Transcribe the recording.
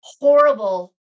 horrible